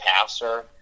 passer